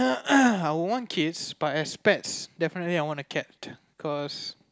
I would want kids but as pets definitely I would want a cat cause